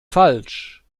falsch